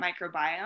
microbiome